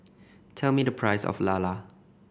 tell me the price of lala